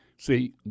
See